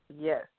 Yes